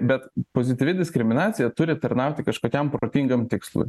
bet pozityvi diskriminacija turi tarnauti kažkokiam protingam tikslui